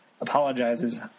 apologizes